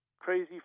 crazy